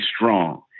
strong